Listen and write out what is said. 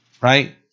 right